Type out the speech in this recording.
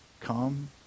come